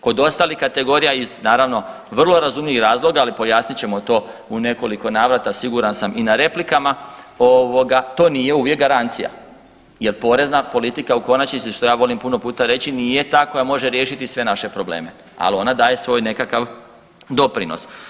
Kod ostalih kategorija iz naravno vrlo razumljivih razloga, ali pojasnit ćemo to u nekoliko navrata, siguran sam i na replikama, ovoga to nije uvijek garancija jer porezna politika u konačnici što ja volim puno puta reći nije ta koja može riješiti sve naše probleme, al ona daje svoj nekakav doprinos.